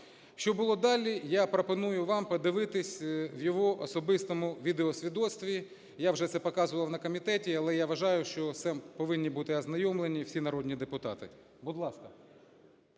Що було далі, я пропоную вам подивитися в його особистому відеосвідоцтві. Я вже це показував на комітеті, але я вважаю, що з цим повинні бути ознайомлені всі народні депутати. Будь ласка.